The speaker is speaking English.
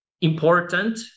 important